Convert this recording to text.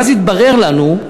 ואז התברר לנו,